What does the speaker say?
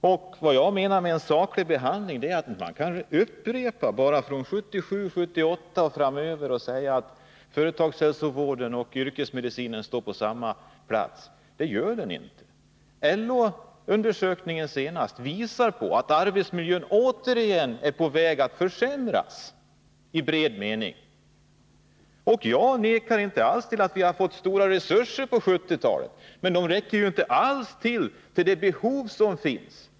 Jag vidhåller att vår motion inte fått någon saklig behandling. Man kan naturligtvis upprepa vad man sade 1977, 1978 och framöver och säga att företagshälsovården och yrkesmedicinen i dag står på samma punkt som då. Men det gör den inte. Den senaste LO-undersökningen visar att arbetsmiljön i vid mening återigen är på väg att försämras. Jag förnekar inte alls att vi under 1970-talet har fått stora resurser, men de räcker inte alls till för de behov som finns.